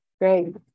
Great